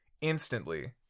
instantly